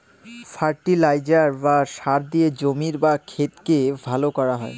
fertiliser বা সার দিয়ে জমির বা ক্ষেতকে ভালো করা হয়